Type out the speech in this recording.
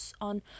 on